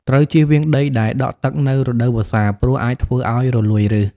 ត្រូវជៀសវាងដីដែលដក់ទឹកនៅរដូវវស្សា ព្រោះអាចធ្វើឲ្យរលួយឫស។